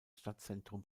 stadtzentrum